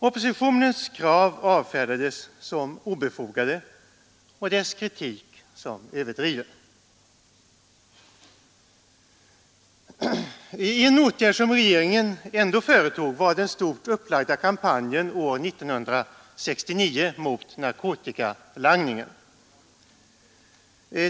Oppositionens krav avfärdades som oberättigade och dess kritik som överdriven. En åtgärd som regeringen ändå vidtog var den stort upplagda kampanjen år 1969 mot narkotikalangningen.